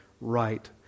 right